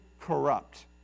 corrupt